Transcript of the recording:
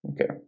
Okay